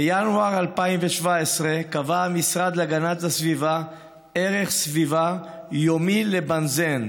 בינואר 2017 קבע המשרד להגנת הסביבה ערך סביבה יומי לבנזן,